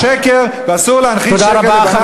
זה שקר, ואסור להנחיל שקר לבנים, תודה רבה.